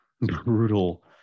brutal